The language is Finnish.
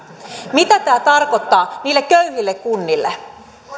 mitä tämä tarkoittaa niille köyhille kunnille